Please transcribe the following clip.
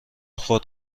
خود